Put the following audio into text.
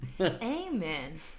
amen